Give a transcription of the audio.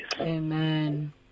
Amen